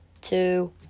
two